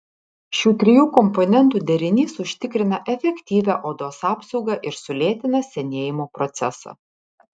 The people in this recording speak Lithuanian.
šių trijų komponentų derinys užtikrina efektyvią odos apsaugą ir sulėtina senėjimo procesą